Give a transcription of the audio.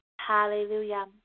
Hallelujah